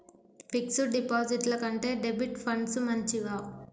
Fix డ్ డిపాజిట్ల కంటే డెబిట్ ఫండ్స్ మంచివా?